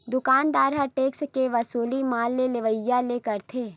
दुकानदार ह टेक्स के वसूली माल के लेवइया ले करथे